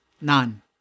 none